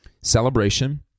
celebration